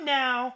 now